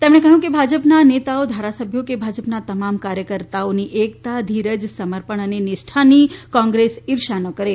તેમણે કહ્યું છે કે ભાજપના નેતાઓ ધારાસભ્યો કે ભાજપના તમામ કાર્યકર્તાઓની એકતાધીરજ સમર્પણ અને નિષ્ઠાની કોંગ્રેસ ઈર્ષ્યા ન કરે